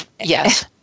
Yes